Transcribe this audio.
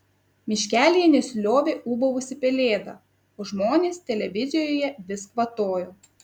miškelyje nesiliovė ūbavusi pelėda o žmonės televizijoje vis kvatojo